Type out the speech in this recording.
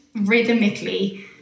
rhythmically